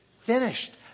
finished